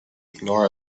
ignore